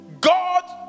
God